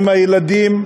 עם הילדים,